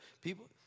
people